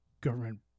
government